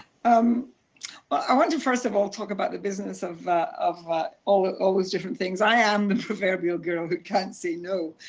um i want to first of all talk about the business of of but all all those different things. i am the proverbial girl who can't say no,